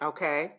Okay